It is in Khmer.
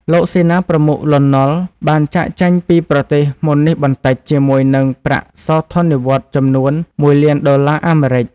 លោកសេនាប្រមុខ លន់ នល់ បានចាកចេញពីប្រទេសមុននេះបន្តិចជាមួយនឹងប្រាក់សោធននិវត្តន៍ចំនួន ១ លានដុល្លារអាមេរិក។